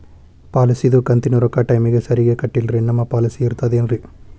ಪಾಲಿಸಿದು ಕಂತಿನ ರೊಕ್ಕ ಟೈಮಿಗ್ ಸರಿಗೆ ಕಟ್ಟಿಲ್ರಿ ನಮ್ ಪಾಲಿಸಿ ಇರ್ತದ ಏನ್ರಿ?